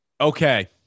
Okay